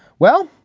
well,